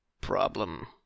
problem